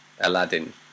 Aladdin